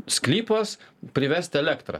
sklypas privesti elektrą